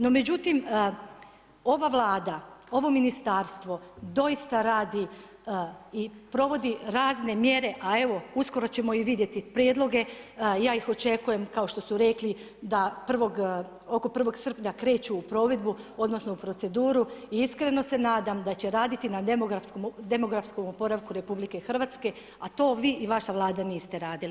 No, međutim, ova Vlada, ovo ministarstvo, doista radi i provodi razne mjere, a evo uskoro ćemo i vidjeti prijedloge, ja ih očekujem kao što su rekli da oko 1. srpnja kreću u provedbu, odnosno u proceduru i iskreno se nadam da će raditi na demografskom oporavku Republike Hrvatske, a to vi i vaša Vlada niste radili.